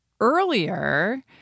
earlier